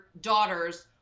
daughters